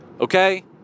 Okay